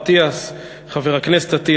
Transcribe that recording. חבר הכנסת אריאל